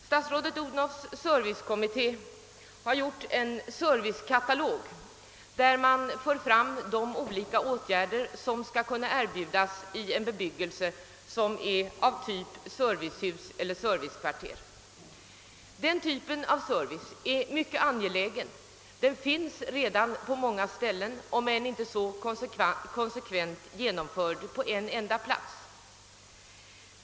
Statsrådet Odhnoffs servicekommitté har gjort en servicekatalog där man fått fram de olika åtgärder som skall kunna erbjudas i en bebyggelse som är av tvpen servicehus eller servicekvarter. Den typen av service är mycket angelägen. Den finns redan på många platser om än inte konsekvent genomförd på en enda plats.